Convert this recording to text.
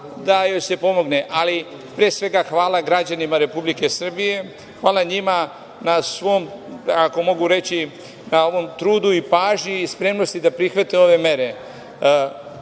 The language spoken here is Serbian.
da joj se pomogne. Ali, pre svega, hvala građanima Republike Srbije, hvala njima na svom, ako mogu reći, na trudu i pažnji i spremnosti da prihvate ove mere. Ovo